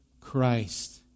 Christ